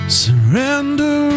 surrender